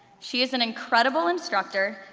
she is an incredible instructor,